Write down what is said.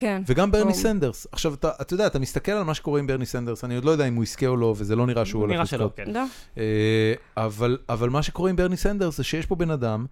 וגם ברני סנדרס, עכשיו אתה, אתה יודע, אתה מסתכל על מה שקורה עם ברני סנדרס, אני עוד לא יודע אם הוא יזכה או לא, וזה לא נראה שהוא הולך לספר. אבל מה שקורה עם ברני סנדרס זה שיש פה בן אדם,